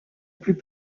plus